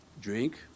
Drink